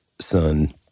son